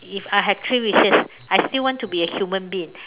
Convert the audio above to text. if I had three wishes I still want to be a human being